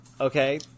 okay